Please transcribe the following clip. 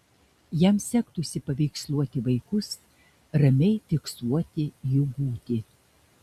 jam sektųsi paveiksluoti vaikus ramiai fiksuoti jų būtį